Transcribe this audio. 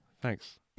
thanks